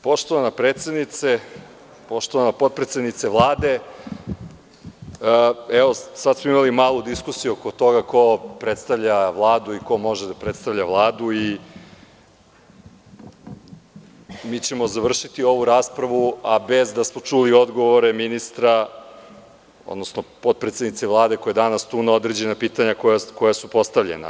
Poštovana predsednice, poštovana potpredsednice Vlade, imali smo malu diskusiju oko toga ko predstavlja i ko može da predstavlja Vladu i završićemo ovu raspravu, a bez da smo čuli odgovore ministra, odnosno potpredsednice Vlade koja je tu, na određena pitanja koja su postavljena.